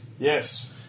Yes